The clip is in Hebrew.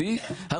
לא הבנתי, אתה